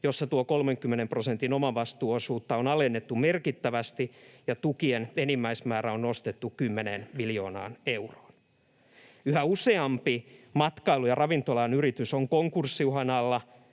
jossa tuota 30 prosentin omavastuuosuutta on alennettu merkittävästi ja tukien enimmäismäärä on nostettu 10 miljoonaan euroon. Yhä useampi matkailu- ja ravintola-alan yritys on konkurssiuhan alla,